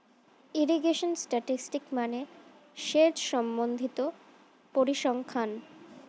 irrigation statistics মানে সেচ সম্বন্ধিত পরিসংখ্যান